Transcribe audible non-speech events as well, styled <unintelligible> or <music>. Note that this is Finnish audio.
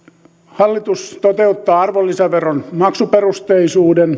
hallitus toteuttaa arvonlisäveron maksuperusteisuuden <unintelligible>